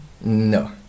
No